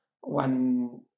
one